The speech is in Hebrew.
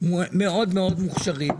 מאוד מאוד מוכשרים.